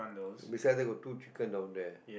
beside that got two chicken down there